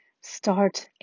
Start